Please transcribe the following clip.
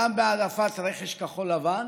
גם בהעדפת רכש כחול-לבן